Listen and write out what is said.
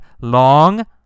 long